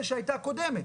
הקואליציה שהייתה הקודמת,